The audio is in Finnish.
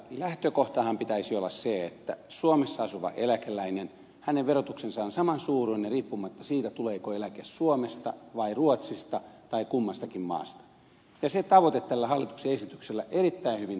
lähtökohdanhan pitäisi olla se että suomessa asuvan eläkeläisen verotus on saman suuruinen riippumatta siitä tuleeko eläke suomesta vai ruotsista tai kummastakin maasta ja se tavoite tällä hallituksen esityksellä erittäin hyvin toteutuu